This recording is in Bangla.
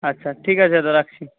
আচ্ছা ঠিক আছে দাদা রাখছি